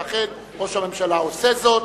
ואכן ראש הממשלה עושה זאת,